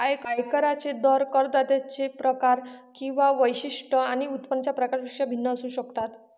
आयकरांचे दर करदात्यांचे प्रकार किंवा वैशिष्ट्ये आणि उत्पन्नाच्या प्रकारापेक्षा भिन्न असू शकतात